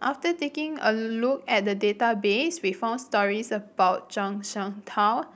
after taking a look at the database we found stories about Zhuang Shengtao